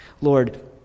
Lord